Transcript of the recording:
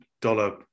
dollar